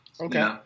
Okay